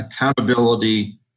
accountability